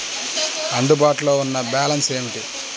అందుబాటులో ఉన్న బ్యాలన్స్ ఏమిటీ?